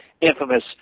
infamous